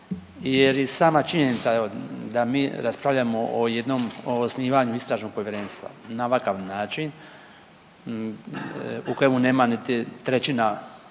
jer i sama činjenica da mi raspravljamo o jednom o osnivanju istražnog povjerenstva na ovakav način u kojemu nema niti trećina,